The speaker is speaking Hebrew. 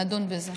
נדון בזה.